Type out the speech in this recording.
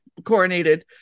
coronated